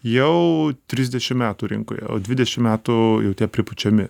jau trisdešim metų rinkoje o dvidešim metų jau tie pripučiami